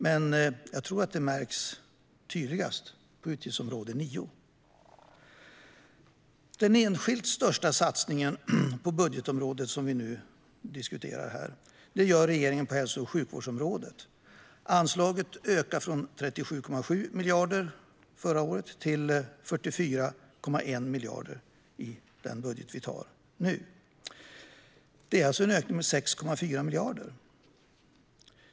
Men tydligast märks det nog på utgiftsområde 9. Den enskilt största satsningen på det budgetområde som vi nu diskuterar gör regeringen på hälso och sjukvårdsområdet. Anslaget ökas från 37,7 miljarder förra året till 44,1 miljarder i den budget som nu ska antas. Det är alltså en ökning med 6,4 miljarder.